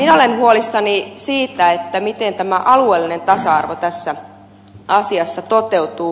minä olen huolissani siitä miten tämä alueellinen tasa arvo tässä asiassa toteutuu